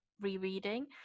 rereading